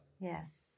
Yes